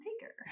taker